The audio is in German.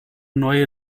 neue